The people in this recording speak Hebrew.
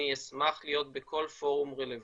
אני אשמח מאוד להיות בכל פורום רלוונטי